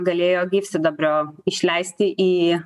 galėjo gyvsidabrio išleisti į